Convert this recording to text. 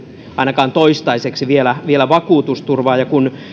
ainakaan vielä toistaiseksi vakuutusturvaa ja kun